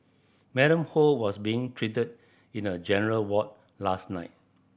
Madam Ho was being treated in a general ward last night